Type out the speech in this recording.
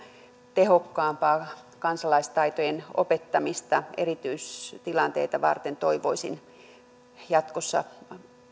tehokkaampaa kansalaistaitojen opettamista erityistilanteita varten toivoisin jatkossa